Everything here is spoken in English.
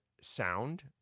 sound